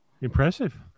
Impressive